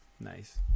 nice